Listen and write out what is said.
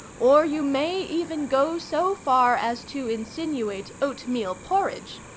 or you may even go so far as to insinuate oat-meal porridge,